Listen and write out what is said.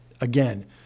again